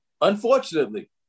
Unfortunately